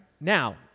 Now